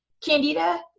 Candida